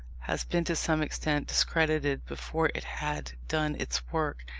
has been to some extent discredited before it had done its work,